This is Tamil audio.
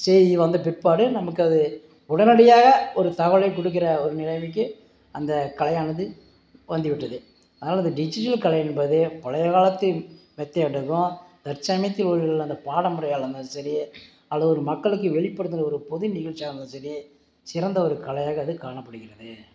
செயலி வந்த பிற்பாடு நமக்கு அது உடனடியாக ஒரு தகவலை கொடுக்கிற நிலைமைக்கு அந்த கலையானது வந்துவிட்டது அதனால் அந்த டிஜிட்டல் கலை என்பது பழைய காலத்தின் மெத்து என்றத்துக்கும் தற்சமயத்தில் உள்ள அந்த பாடமுறையால் இருந்தாலும் சரி அதில் ஒரு மக்களுக்கு வெளிப்படுத்துகிற ஒரு பொது நிகழ்ச்சியாக இருந்தாலும் சரி சிறந்த ஒரு கலையாக அது காணப்படுகிறது